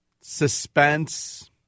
suspense